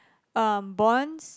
um bonds